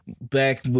back